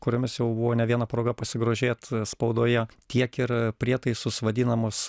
kuriomis jau buvo ne viena proga pasigrožėt spaudoje tiek ir prietaisus vadinamus